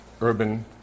Urban